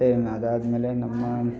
ಮತ್ತು ಅದಾದ್ಮೇಲೆ ನಮ್ಮ